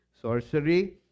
sorcery